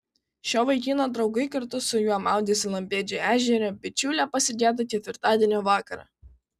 šio vaikino draugai kartu su juo maudęsi lampėdžio ežere bičiulio pasigedo ketvirtadienio vakarą